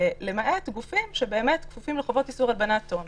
למעט גופים שכפופים לחוק איסור הלבנת הון.